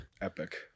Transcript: Epic